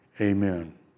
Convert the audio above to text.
amen